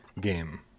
game